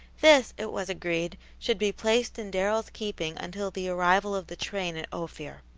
this, it was agreed, should be placed in darrell's keeping until the arrival of the train at ophir.